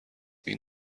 این